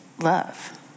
love